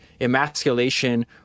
emasculation